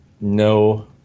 no